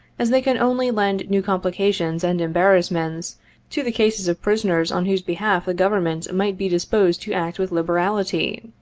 as they can only lend new complications and embarrassments to the cases of prisoners on whose behalf the govern ment might be disposed to act with liberality.